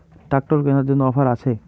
Tractor কেনার জন্য offer আছে?